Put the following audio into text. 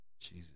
Jesus